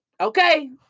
okay